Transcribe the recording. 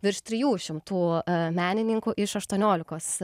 virš trijų šimtų menininkų iš aštuoniolikos